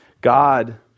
God